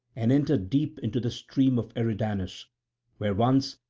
and entered deep into the stream of eridanus where once,